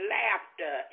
laughter